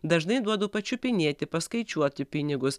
dažnai duodu pačiupinėti paskaičiuoti pinigus